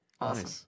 Awesome